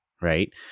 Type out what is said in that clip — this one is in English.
right